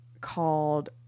called